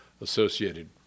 associated